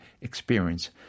experience